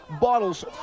bottles